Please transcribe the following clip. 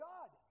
God